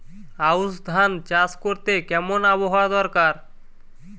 আউশ ধান চাষ করতে কেমন আবহাওয়া দরকার?